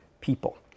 people